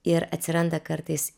ir atsiranda kartais